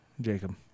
Jacob